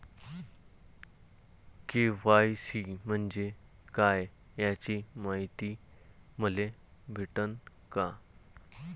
KYC म्हंजे काय याची मायती मले भेटन का?